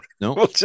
No